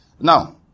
Now